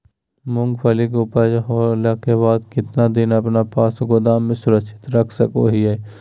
मूंगफली के ऊपज होला के बाद कितना दिन अपना पास गोदाम में सुरक्षित रख सको हीयय?